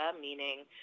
meaning